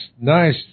nice